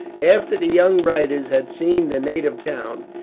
after the young writers had seen the native town,